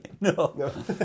No